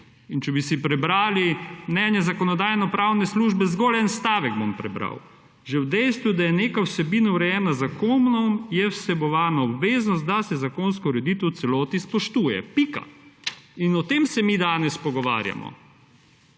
In če bi si prebrali mnenje Zakonodajno-pravne službe, zgolj en stavek bom prebral: Že v dejstvu, da je neka vsebina urejena z zakonom je vsebovano obveznost, da se zakonsko ureditev v celoti spoštuje. Pika. In o tem se mi danes pogovarjamo.